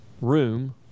room